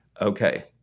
Okay